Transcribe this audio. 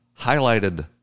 highlighted